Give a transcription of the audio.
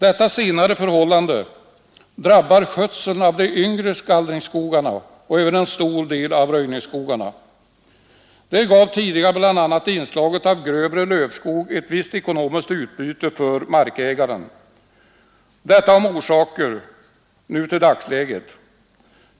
Detta senare förhållande drabbar skötseln av de yngre gallringsskogarna och även en stor del av röjningsskogarna. Där gav tidigare bl.a. inslaget av grövre lövskog ett visst ekonomiskt utbyte för markägaren. Detta om orsaker. Nu till dagsläget.